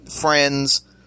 friends